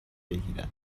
بگیرد